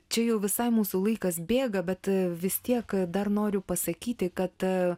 čia jau visai mūsų laikas bėga bet vis tiek dar noriu pasakyti kad